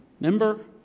remember